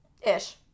Ish